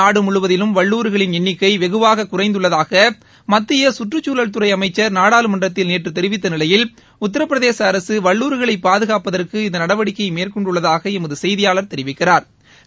நாடு முழுவதிலும் வல்லுறுகளின் எண்ணிக்கை வெகுவாக குறைந்துள்ளதாக மத்திய கற்றுச்சூழல்துறை அமைச்சா் நாடாளுமன்றத்தில் நேற்று தெரிவித்த நிலையில் உத்திரபிரதேச அரசு வல்லூறுகளை பாதுகாப்பதற்கு இந்த நடவடிக்கையை மேற்கொண்டுள்ளதாக எமது செய்தியாளா் தெரிவிக்கிறாா்